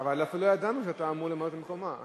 אבל אפילו לא ידענו שאתה אמור למלא את מקומה.